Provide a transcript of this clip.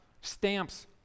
stamps